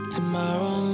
Tomorrow